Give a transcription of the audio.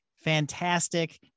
fantastic